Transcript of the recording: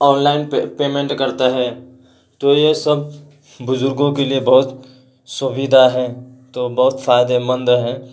on line payment کرتا ہے تو یہ سب بزرگوں کے لیے بہت سویدھا ہے تو بہت فائدے مند ہے